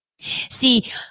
See